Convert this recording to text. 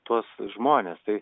tuos žmones tai